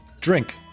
Drink